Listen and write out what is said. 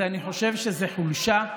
אני חושב שזה חולשה,